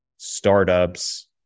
Startups